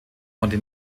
konnte